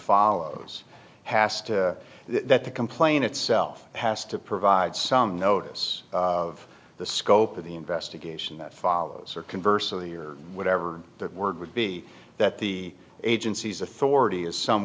follows hasta that the complaint itself has to provide some notice of the scope of the investigation that follows or converse of the or whatever that word would be that the agency's authority is some